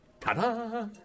Ta-da